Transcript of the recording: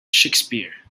shakespeare